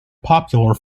popular